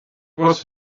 was